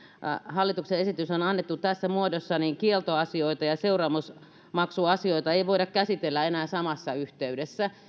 hallituksen esityshän on annettu tässä muodossa kieltoasioita ja seuraamusmaksuasioita ei voida käsitellä enää samassa yhteydessä